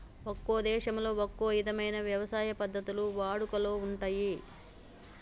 ఒక్కో దేశంలో ఒక్కో ఇధమైన యవసాయ పద్ధతులు వాడుకలో ఉంటయ్యి